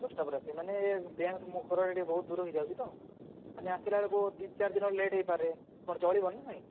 ଦଶଟା ପରେ ଆସିବେ ମାନେ ବ୍ୟାଙ୍କ୍ଠୁ ମୋ ଘର ଏଠି ବହୁତ ଦୂର ହୋଇଯାଉଛି ତ ମାନେ ଆସିଲା ବେଳକୁ ଦୁଇ ଚାରି ଦିନ ଲେଟ୍ ହୋଇପାରେ କ'ଣ ଚଳିବ ନା ନାହିଁ